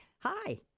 Hi